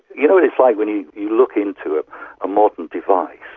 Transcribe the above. you know what it's like when you look into a modern device,